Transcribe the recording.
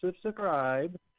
subscribe